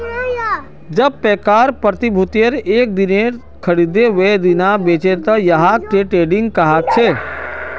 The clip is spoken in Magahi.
जब पैकार प्रतिभूतियक एक दिनत खरीदे वेय दिना बेचे दे त यहाक डे ट्रेडिंग कह छे